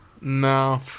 No